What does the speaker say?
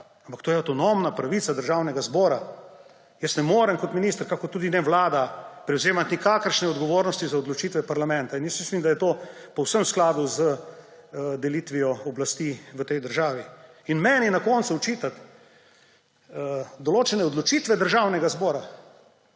Ampak to je avtonomna pravica Državnega zbora. Jaz ne morem kot minister, kakor tudi ne vlada, prevzemati nikakršne odgovornosti za odločitve parlamenta. Mislim, da je to povsem v skladu z delitvijo oblasti v tej državi. In meni na koncu očitati določene odločitve Državnega zbora!